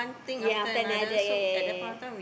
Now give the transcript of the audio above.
ya after another ya ya ya ya